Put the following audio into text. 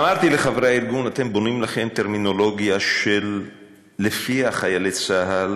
אמרתי לחברי הארגון: אתם בונים לכם טרמינולוגיה שלפיה חיילי צה"ל